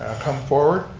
ah come forward.